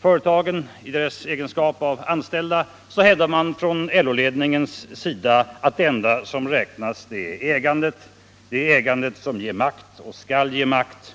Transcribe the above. företagen i deras egenskap av anställda, hävdar man från LO-ledningens sida att det enda som räknas är ägandet; det är ägandet som ger makt och skall ge makt.